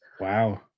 Wow